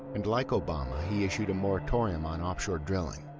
and like obama, he issued a moratorium on offshore drilling.